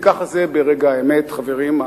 כי ככה זה ברגע האמת, חברים.